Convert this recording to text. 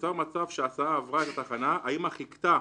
ונוצר מצב שההסעה עברה את התחנה, האם חיכתה